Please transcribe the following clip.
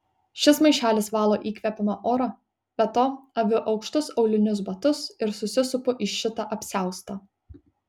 šis maišelis valo įkvepiamą orą be to aviu aukštus aulinius batus ir susisupu į šitą apsiaustą